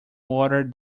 water